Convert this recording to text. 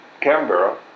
Canberra